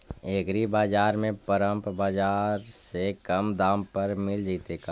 एग्रीबाजार में परमप बाजार से कम दाम पर मिल जैतै का?